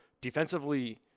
defensively –